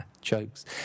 Jokes